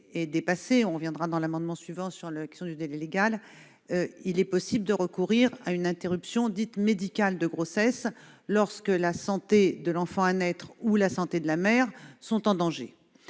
est dépassé- nous reviendrons à l'occasion de l'amendement suivant sur la question du délai légal -, il est possible de recourir à une interruption dite médicale de grossesse quand la santé de l'enfant à naître ou la santé de la mère sont en danger.